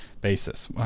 basis